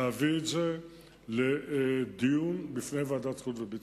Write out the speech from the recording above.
להעביר את הנושא הזה לדיון בוועדת החוץ והביטחון.